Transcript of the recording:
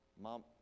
Mom